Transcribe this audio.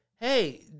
hey